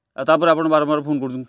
ଆଉ ତାପରେ ଆପଣ ବାରମ୍ବାର ଫୋନ୍ କରୁଛନ୍ତି